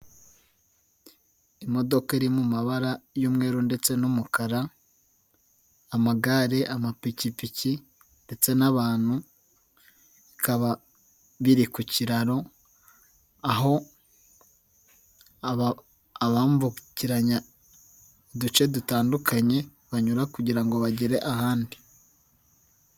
Imodoka iri mu mabara y'umweru ndetse n'umukara, amagare, amapikipiki ndetse n'abantu, bikaba biri ku kiraro, aho abambukiranya uduce dutandukanye banyura kugira ngo bagere ahandi.